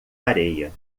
areia